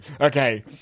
Okay